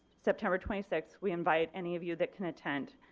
september twenty sixth, we invite any of you that can attend.